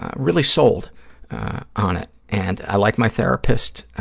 ah really sold on it. and i like my therapist.